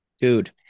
Dude